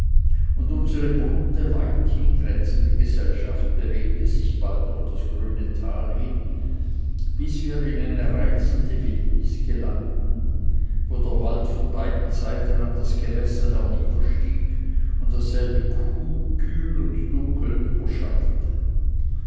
und unsere bunte weithin glänzende gesellschaft bewegte sich bald durch das grüne tal hin bis wir in eine reizende wildnis gelangten wo der wald von beiden seiten an das gewässer niederstieg und dasselbe kühl und dunkel überschattete